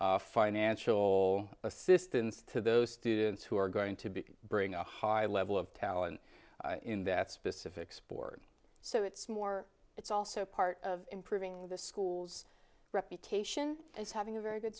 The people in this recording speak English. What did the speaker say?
financial assistance to those students who are going to be bring a high level of talent in that specific sport so it's more it's also part of improving the school's reputation is having a very good